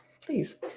please